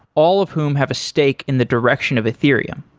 all of whom have a stake in the direction of ethereum.